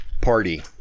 party